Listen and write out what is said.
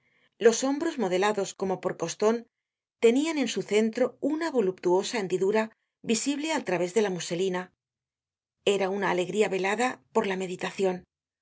los hombros modelados como por coston tenían en su centro una voluptuosa hendidura visible al través de la muselina era una alegría velada por la meditacion una